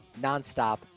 nonstop